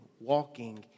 walking